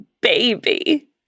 baby